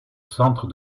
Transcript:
centre